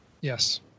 Yes